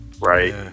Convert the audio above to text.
right